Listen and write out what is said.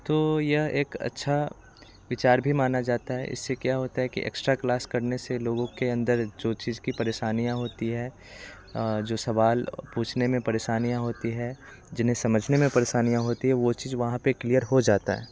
तो यह एक अच्छा विचार भी माना जाता है इससे क्या होता है कि एक्स्ट्रा क्लास करने से लोगों के अंदर जो चीज कि परेशानियाँ होती है जो सवाल पूछने में परेशानियाँ होती है जिन्हें समझने में परेशानियाँ होती है वो चीज वहाँ पे क्लीयर हो जाता है